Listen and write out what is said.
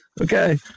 Okay